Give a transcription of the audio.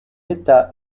état